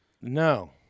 No